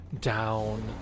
down